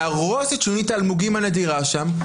להרוס את שוניות האלמוגים הנדירה שם,